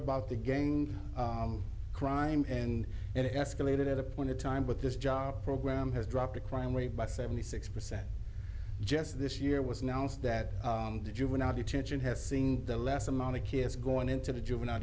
about the gang crime and it escalated at a point in time but this job program has dropped the crime rate by seventy six percent just this year was announced that the juvenile detention has seen the less amount of kids going into the juvenile